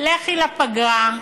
לכי לפגרה.